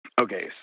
okay